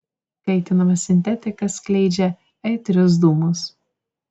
kaitinama sintetika skleidžia aitrius dūmus